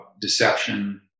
Deception